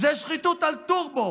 זו שחיתות על טורבו.